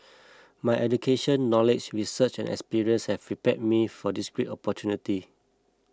my education knowledge research and experience have prepared me for this great opportunity